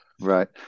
Right